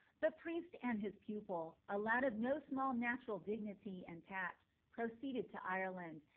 the priest and his pupil, a lad of no small natural dignity and tact, proceeded to ireland,